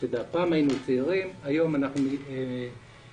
פעם היינו צעירים והיום אנחנו מזדקנים.